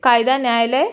कायदा न्यायालय